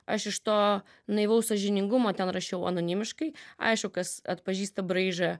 aš iš to naivaus sąžiningumo ten rašiau anonimiškai aišku kas atpažįsta braižą